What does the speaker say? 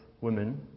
women